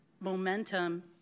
momentum